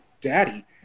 daddy